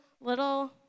little